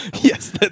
Yes